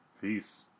Peace